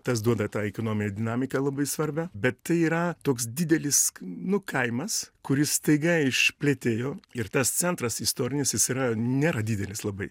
tas duoda tą ekonominę dinamiką labai svarbią bet tai yra toks didelis nu kaimas kuris staiga išpletėjo ir tas centras istorinis jis yra nėra didelis labai